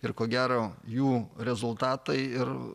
ir ko gero jų rezultatai ir